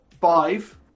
five